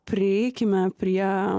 prieikime prie